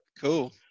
cool